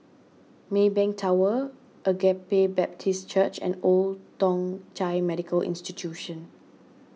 Maybank Tower Agape Baptist Church and Old Thong Chai Medical Institution